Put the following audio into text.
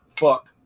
fuck